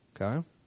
Okay